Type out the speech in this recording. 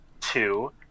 Two